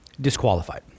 disqualified